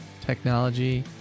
technology